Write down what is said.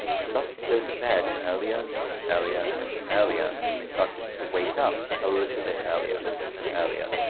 they started to go to bed earlier and earlier and earlier, and they started to wake up a little bit earlier and earlier.